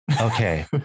Okay